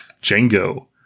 Django